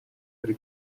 per